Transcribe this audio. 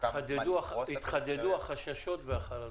התחדדו החששות והחרדות.